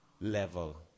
level